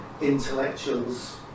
intellectuals